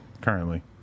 currently